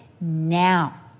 now